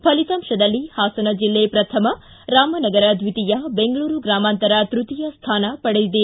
ಫಲಿತಾಂಶದಲ್ಲಿ ಹಾಸನ ಜಿಲ್ಲೆ ಪ್ರಥಮ ರಾಮನಗರ ದ್ವಿತೀಯ ಬೆಂಗಳೂರು ಗ್ರಾಮಾಂತರ ತೃತೀಯ ಸ್ಥಾನ ಪಡೆದಿದೆ